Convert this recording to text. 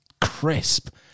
crisp